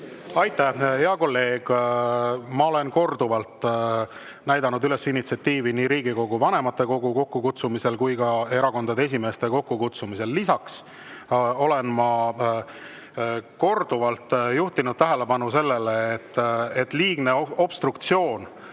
Aitäh, hea kolleeg! Ma olen korduvalt näidanud üles initsiatiivi nii Riigikogu vanematekogu kokkukutsumisel kui ka erakondade esimeeste kokkukutsumisel. Lisaks olen ma korduvalt juhtinud tähelepanu sellele, et liigne obstruktsioon